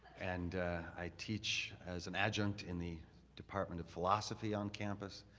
and i teach as an adjunct in the department of philosophy on campus.